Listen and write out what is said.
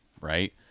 right